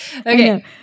Okay